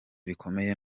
bikomeye